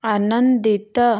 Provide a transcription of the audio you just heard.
ଆନନ୍ଦିତ